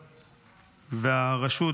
והרשות,